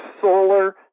solar